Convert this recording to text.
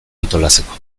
antolatzeko